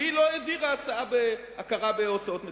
והיא לא העבירה הצעה בהכרת הוצאות מטפלת.